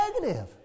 negative